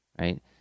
right